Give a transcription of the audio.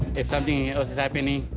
if something else is happening,